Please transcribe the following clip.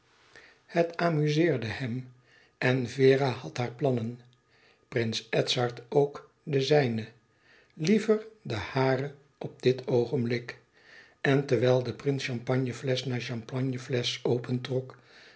het amuzeerde hem en vera had haar plannen prins edzard ook de zijne liever de hare op dit oogenblik en terwijl de prins champagneflesch na champagneflesch opentrok